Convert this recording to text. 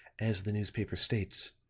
as the newspaper states.